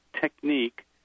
technique